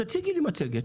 תציגי לי מצגת